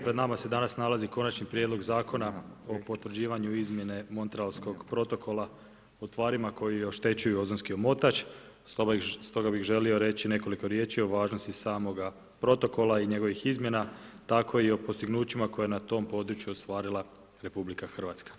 Pred nama se danas nalazi Konačni prijedlog zakona o potvrđivanju izmjene Montrealskog protokola o tvarima koje oštećuju ozonski omotač, stoga bih želio reći nekoliko riječi o važnosti samoga Protokola i njegovih izmjena tako i o postignućima koje je na tom području ostvarila Republika Hrvatska.